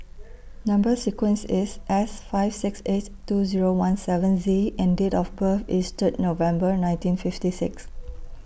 Number sequence IS S five six eight two Zero one seven Z and Date of birth IS Third November nineteen fifty six